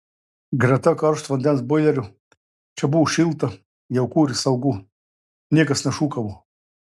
greta karšto vandens boilerio čia buvo šilta jauku ir saugu niekas nešūkavo